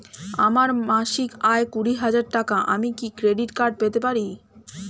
আমার মাসিক আয় কুড়ি হাজার টাকা আমি কি ক্রেডিট কার্ড পেতে পারি?